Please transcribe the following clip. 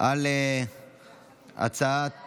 על הצעת